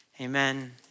Amen